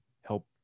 help